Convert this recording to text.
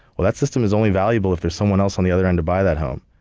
well, that system is only valuable if there's someone else on the other end to buy that home.